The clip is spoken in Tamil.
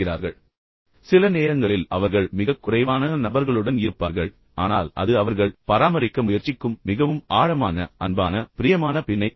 பின்னர் அவர்கள் பராமரிக்கும் பிணைப்புகள் சில நேரங்களில் அவர்கள் மிகக் குறைவான நபர்களுடன் இருப்பார்கள் ஆனால் அது அவர்கள் பராமரிக்க முயற்சிக்கும் மிகவும் ஆழமான அன்பான பிரியமான பிணைப்பாகும்